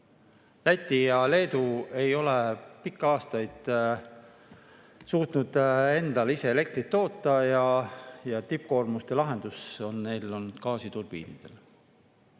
Läti ja Leedu ei ole pikki aastaid suutnud endale ise elektrit toota ja tippkoormuste lahendus on neil gaasiturbiinidel.